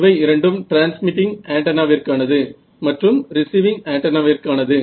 இவை இரண்டும் ட்ரான்ஸ்மிட்டிங் ஆன்டென்னாவிற்கானது மற்றும் ரீசிவிங் ஆன்டென்னாவிற்கானது